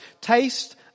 taste